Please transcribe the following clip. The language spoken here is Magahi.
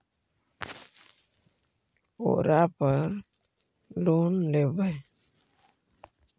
ओरापर लोन लेवै?